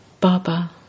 Baba